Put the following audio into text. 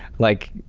like,